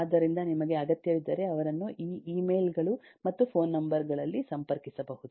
ಆದ್ದರಿಂದ ನಿಮಗೆ ಅಗತ್ಯವಿದ್ದರೆ ಅವರನ್ನು ಈ ಇಮೇಲ್ ಗಳು ಮತ್ತು ಫೋನ್ ನಂಬರ್ ಗಳಲ್ಲಿ ಸಂಪರ್ಕಿಸಬಹುದು